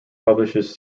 publishes